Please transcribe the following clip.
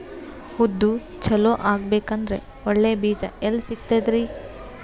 ಉದ್ದು ಚಲೋ ಆಗಬೇಕಂದ್ರೆ ಒಳ್ಳೆ ಬೀಜ ಎಲ್ ಸಿಗತದರೀ?